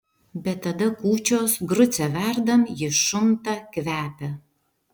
bet tada kūčios grucę verdam ji šunta kvepia